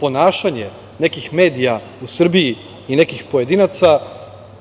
ponašanje nekih medija u Srbiji i nekih pojedinaca